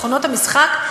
מכונות המשחק,